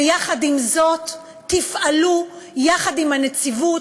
ויחד עם זאת תפעלו יחד עם הנציבות,